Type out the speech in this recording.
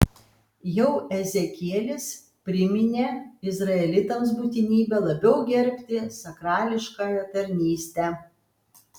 jau ezekielis priminė izraelitams būtinybę labiau gerbti sakrališkąją tarnystę